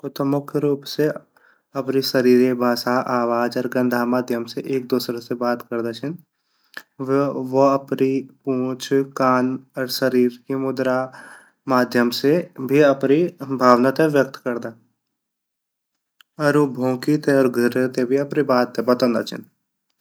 कुत्ता मुख्य रूप से अपरी शरीरे भाषा आवाज़ अर गन्धा माध्यम से एक दूसरा से बात करदा छिन उ अपरी पूँछ कान अर शरीर की मुद्रा माध्यम से वे अपरी भावना ते व्यक्त करदा अर ऊ भोकिते अर गुरेते भी अपरी बात ते बातोंदा छिन।